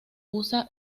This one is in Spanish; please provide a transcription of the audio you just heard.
usa